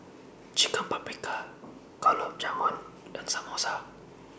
Chicken Paprikas Gulab Jamun and Samosa